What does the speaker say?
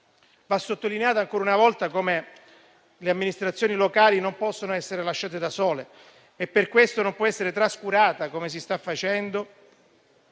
Va sottolineato ancora una volta come le amministrazioni locali non possano essere lasciate da sole. Per questo non può essere trascurata, come si sta facendo,